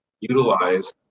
utilize